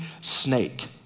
snake